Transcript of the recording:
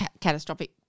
catastrophic